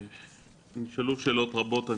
נשאלו שאלות רבות,